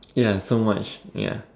ya so much ya